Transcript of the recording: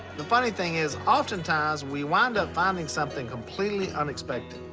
the funny thing is, often times we wind up finding something completely unexpected.